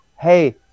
hey